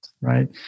right